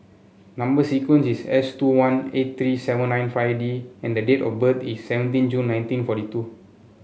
number sequence is S two one eight three seven nine five D and the date of birth is seventeen June nineteen forty two